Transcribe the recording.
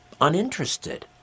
uninterested